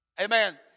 Amen